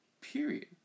Period